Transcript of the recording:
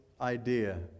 idea